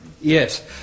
Yes